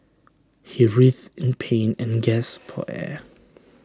he writhed in pain and gasped for air